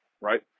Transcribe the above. right